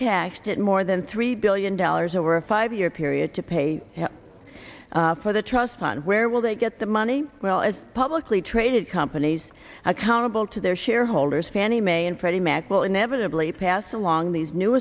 taxed at more than three billion dollars over a five year period to pay for the trust fund where will they get the money well as publicly traded companies accountable to their shareholders fannie mae and freddie mac will inevitably pass along these new